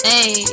Hey